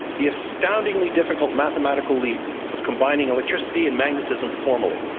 the astoundingly difficult mathematical leap of combining electricity and magnetism formally.